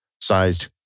sized